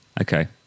Okay